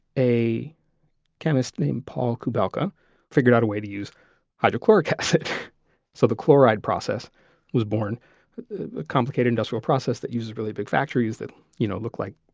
a chemist named paul kubelka figured out a way to use hydrochloric acid so the chloride process was born. a complicated industrial process that uses really big factories that you know look like